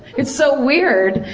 it's so weird.